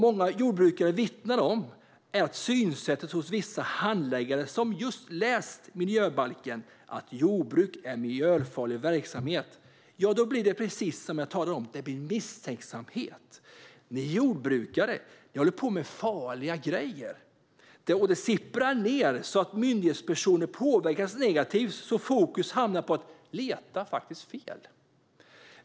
Många jordbrukare vittnar om synsättet hos vissa handläggare som just har läst i miljöbalken att jordbruk är en miljöfarlig verksamhet. Då blir det - precis som jag talade om - misstänksamhet och det sägs att jordbrukare håller på med farliga grejer. Det sipprar ned så att myndighetspersoner påverkas negativt. Fokus hamnar faktiskt på att leta fel.